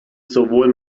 sowohl